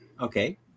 okay